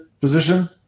position